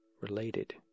related